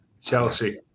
Chelsea